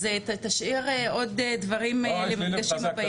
אז תשאיר עוד דברים למפגשים הבאים.